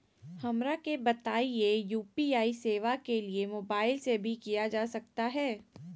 हमरा के बताइए यू.पी.आई सेवा के लिए मोबाइल से भी किया जा सकता है?